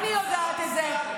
אני יודעת את זה,